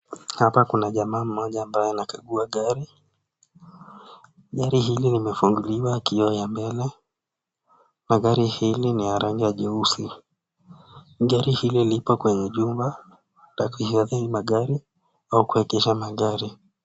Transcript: Hapa kuna jamaa mmoja ambaye anakagua gari, gari hili limefunguliwa kioo ya mbele na gari hili niya rangi ya jeusi, gari hili lipo kwenye jumba la kuhifadhi magari au kuegesha magari.